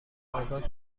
آزاد